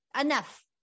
Enough